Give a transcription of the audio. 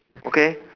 okay